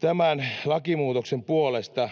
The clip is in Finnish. tämän lakimuutoksen puolesta,